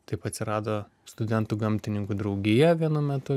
taip atsirado studentų gamtininkų draugija vienu metu